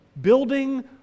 building